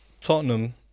Tottenham